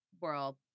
world